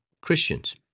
Christians